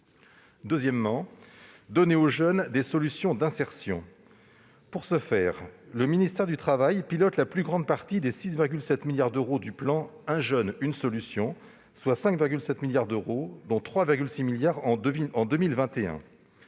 Deuxièmement, donner aux jeunes des solutions d'insertion. Pour ce faire, le ministère du travail pilote la plus grande partie des 6,7 milliards d'euros du plan « 1 jeune 1 solution »: 5,7 milliards d'euros, dont 3,6 milliards d'euros